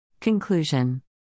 Conclusion